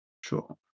Sure